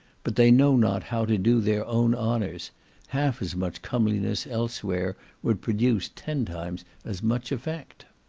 but they know not how to do their own honours half as much comeliness elsewhere would produce ten times as much effect.